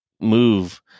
move